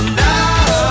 now